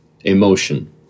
emotion